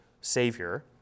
savior